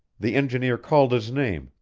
the engineer called his name,